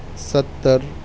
ستر